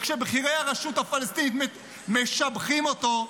וכשבכירי הרשות הפלסטינית משבחים אותו,